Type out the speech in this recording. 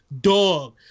dog